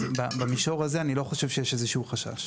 אז במישור הזה אני לא חושב שיש איזשהו חשש.